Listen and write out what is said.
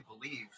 believe